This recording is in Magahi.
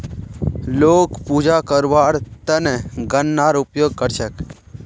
लोग पूजा करवार त न गननार उपयोग कर छेक